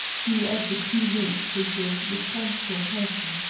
who of the two mates was the responsible person.